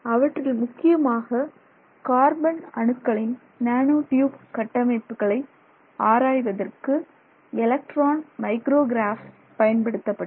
அவற்றில் முக்கியமாக கார்பன் அணுக்களின் நேனோ டியூப் கட்டமைப்புகளை ஆராய்வதற்கு எலக்ட்ரான் மைக்ரோ கிராஃப் பயன்படுத்தப்பட்டன